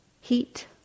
heat